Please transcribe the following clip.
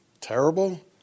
terrible